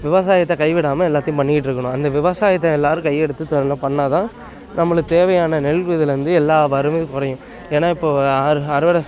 விவசாயத்தை கை விடாமல் எல்லாத்தையும் பண்ணிக்கிட்டுருக்குணும் அந்த விவசாயத்தை எல்லாரும் கை எடுத்து ஒழுங்கா பண்ணால் தான் நம்மளுக்கு தேவையான நெல் இதில் வந்து எல்லா வறுமையும் குறையும் ஏன்னா இப்போ அறுவ அறுவடை